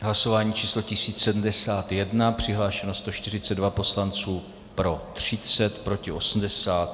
Hlasování číslo 1071, přihlášeno 142 poslanců, pro 30, proti 80.